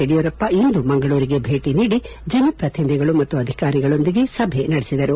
ಯಡಿಯೂರಪ್ಪ ಇಂದು ಮಂಗಳೂರಿಗೆ ಭೇಟಿ ನೀಡಿ ಜನಪ್ರತಿನಿಧಿಗಳು ಮತ್ತು ಅಧಿಕಾರಿಗಳೊಂದಿಗೆ ಸಭೆ ನಡೆಸಿದರು